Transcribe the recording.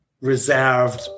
reserved